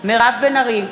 מירב בן ארי,